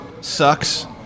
sucks